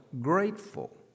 grateful